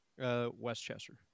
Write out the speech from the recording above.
Westchester